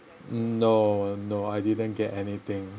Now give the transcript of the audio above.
mm no no I didn't get anything